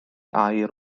aur